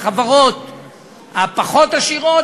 לחברות הפחות-עשירות,